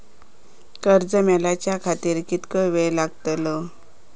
कर्ज मेलाच्या खातिर कीतको वेळ लागतलो?